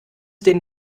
den